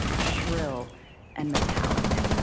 shrill and metallic.